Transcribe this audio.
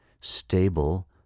stable